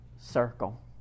circle